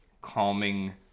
calming